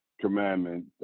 commandment